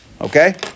Okay